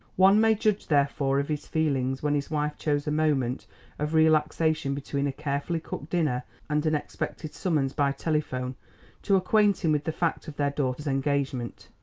one may judge therefore of his feelings when his wife chose a moment of relaxation between a carefully cooked dinner and an expected summons by telephone to acquaint him with the fact of their daughter's engagement.